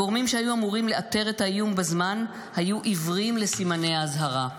הגורמים שהיו אמורים לאתר את האיום בזמן היו עיוורים לסימני האזהרה.